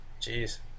Jeez